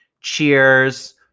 Cheers